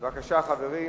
בבקשה, חברים.